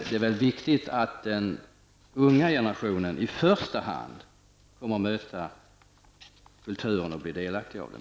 Det är viktigt att i första hand den unga generationen möter kulturen och blir delaktig i den.